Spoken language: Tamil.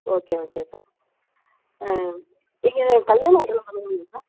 ஓகே ஓகே சார் நீங்கள் இது கல்யாண ஆர்ட்ரும் பண்ணுவீங்களா சார்